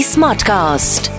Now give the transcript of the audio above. Smartcast